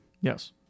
Yes